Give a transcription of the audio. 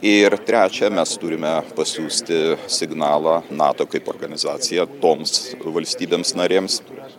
ir trečia mes turime pasiųsti signalą nato kaip organizacija toms valstybėms narėms